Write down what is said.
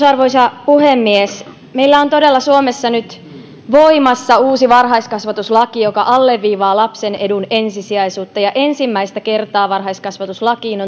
arvoisa puhemies meillä on todella suomessa nyt voimassa uusi varhaiskasvatuslaki joka alleviivaa lapsen edun ensisijaisuutta ja ensimmäistä kertaa varhaiskasvatuslakiin